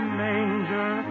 manger